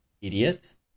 idiots